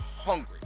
hungry